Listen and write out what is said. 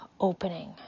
opening